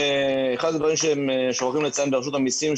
אחד הדברים שהולכים לציין ברשות המיסים,